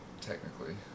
technically